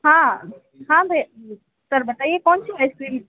हाँ हाँ भैया जी सर बताइए कौन सी आइसक्रीम